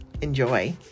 Enjoy